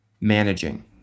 managing